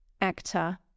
actor